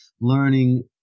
learning